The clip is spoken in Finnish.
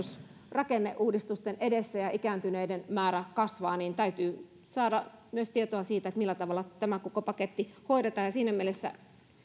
rakenneuudistusten edessä ja ikääntyneiden määrä kasvaa täytyy saada myös tietoa siitä millä tavalla tämä koko paketti hoidetaan ja siinä mielessä on